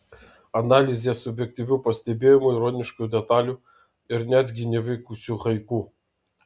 analizės subjektyvių pastebėjimų ironiškų detalių ir netgi nevykusių haiku